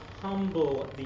humble